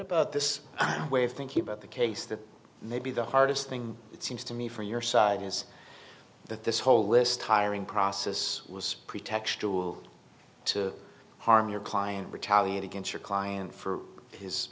this way of thinking about the case that maybe the hardest thing it seems to me from your side is that this whole list hiring process was pretextual to harm your client retaliate against your client for his